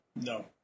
No